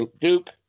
Duke